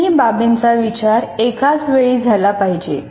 तीनही बाबींचा विचार एकाच वेळी झाला पाहिजे